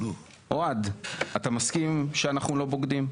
אוהד, אתה מסכים שאנחנו לא בוגדים?